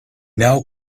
now